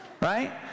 Right